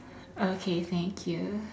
okay thank you